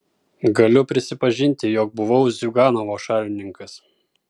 galiu prisipažinti jog buvau ziuganovo šalininkas